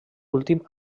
últim